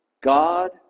God